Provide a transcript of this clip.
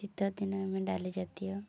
ଶୀତ ଦିନେ ଆମେ ଡାଲି ଜାତୀୟ